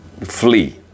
flee